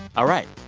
all right.